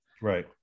right